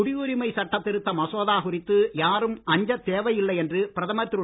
குடியுரிமை சட்டத் திருத்த மசோதா குறித்து யாரும் அஞ்சத் தேவையில்லை என்று பிரதமர் திரு